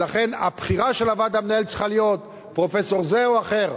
ולכן הבחירה של הוועד המנהל צריכה להיות פרופסור זה או אחר.